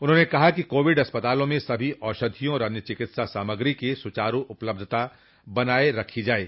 उन्होंने कहा कि कोविड अस्पतालों में सभी औषधियों और अन्य चिकित्सा सामग्री की सुचारू उपलब्धता बनाई रखी जाये